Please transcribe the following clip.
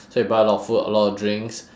so we buy a lot of food a lot of drinks